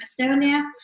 Estonia